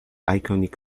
iconic